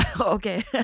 Okay